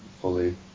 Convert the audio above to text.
fully